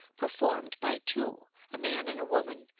performed by two, a man and a woman,